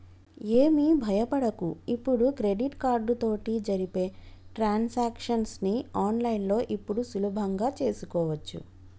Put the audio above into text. ఏమి భయపడకు ఇప్పుడు క్రెడిట్ కార్డు తోటి జరిపే ట్రాన్సాక్షన్స్ ని ఆన్లైన్లో ఇప్పుడు సులభంగా చేసుకోవచ్చు